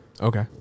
Okay